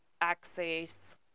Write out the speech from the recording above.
access